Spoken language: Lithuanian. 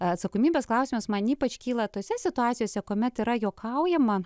atsakomybės klausimas man ypač kyla tose situacijose kuomet yra juokaujama